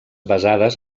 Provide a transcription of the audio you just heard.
basades